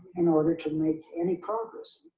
in order to make any progress.